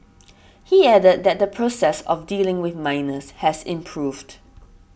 he added that the process of dealing with minors has improved